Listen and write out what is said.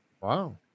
Wow